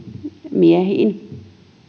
miehiin